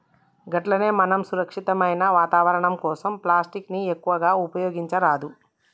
గట్లనే మనం సురక్షితమైన వాతావరణం కోసం ప్లాస్టిక్ ని ఎక్కువగా ఉపయోగించరాదు